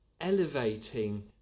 elevating